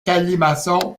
colimaçon